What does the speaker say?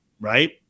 right